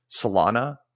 solana